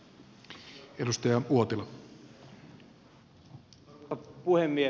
arvoisa puhemies